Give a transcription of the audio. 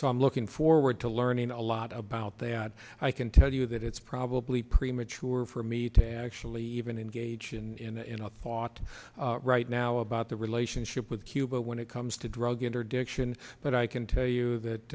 so i'm looking forward to learning a lot about that i can tell you that it's probably premature for me to actually even engage in part right now about the relationship with cuba when it comes to drug interdiction but i can tell you that